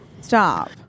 Stop